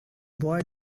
boy